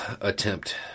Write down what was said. attempt